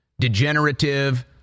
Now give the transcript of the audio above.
degenerative